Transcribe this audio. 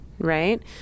right